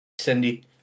Cindy